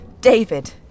David